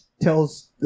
tells